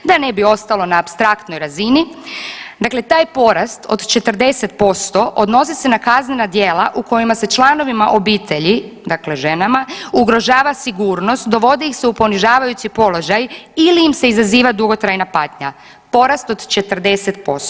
Da ne bi ostalo na apstraktnoj razini dakle taj porast od 40% odnosi se na kaznena djela u kojima se članovima obitelji dakle ženama ugrožava sigurnost, dovodi ih se u ponižavajući položaj ili im se izaziva dugotrajna patnja, porast od 40%